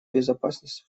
безопасность